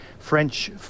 French